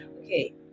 Okay